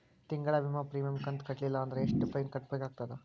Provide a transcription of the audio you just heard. ತಿಂಗಳ ವಿಮಾ ಪ್ರೀಮಿಯಂ ಕಂತ ಕಟ್ಟಲಿಲ್ಲ ಅಂದ್ರ ಎಷ್ಟ ಫೈನ ಕಟ್ಟಬೇಕಾಗತದ?